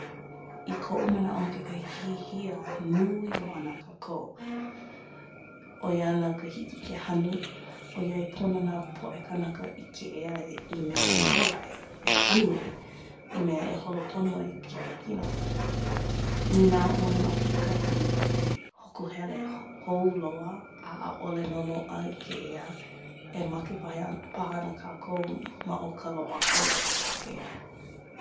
I koʻu manaʻo, kekahi hihia nunui na kākou ʻo ia ʻana ka hiki ke hanu ʻoiai pono ka poʻe kānaka i ke ʻea i mea e ola ai, e hanu ai, i mea e holo pono ai ke olakino. Inā ʻoe ma kekahi hokuhele hou loa a ʻaʻole nō loaʻa i ke ʻea, e make pahe-paha ʻana kākou ma o ka loaʻa ʻole i ke ʻea.